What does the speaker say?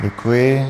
Děkuji.